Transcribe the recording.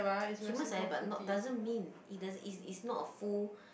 but not doesn't mean it doesn't it's it's not a full